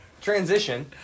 transition